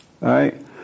right